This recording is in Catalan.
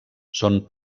són